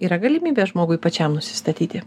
yra galimybė žmogui pačiam nusistatyti